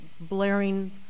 blaring